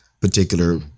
particular